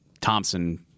Thompson